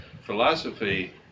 philosophy